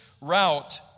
route